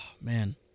Man